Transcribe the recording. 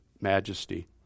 majesty